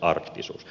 arktisuus